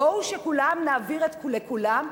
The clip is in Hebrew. בואו, כולם נעביר לכולם.